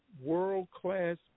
world-class